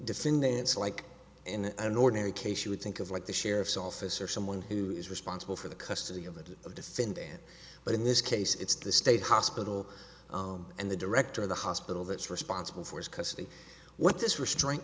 defendants like in an ordinary case you would think of like the sheriff's office or someone who is responsible for the custody of the defendant but in this case it's the state hospital and the director of the hospital that's responsible for his custody what this r